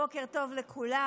בוקר טוב לכולם,